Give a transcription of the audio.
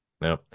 No